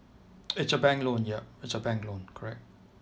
it's a bank loan ya it's a bank loan correct